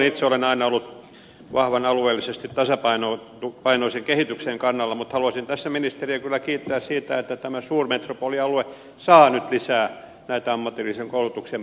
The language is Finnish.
itse olen aina ollut vahvan alueellisesti tasapainoisen kehityksen kannalla mutta haluaisin tässä ministeriä kyllä kiittää siitä että tämä suurmetropolialue saa nyt lisää näitä ammatillisen koulutuksen paikkoja